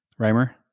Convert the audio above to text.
Reimer